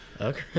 okay